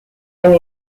and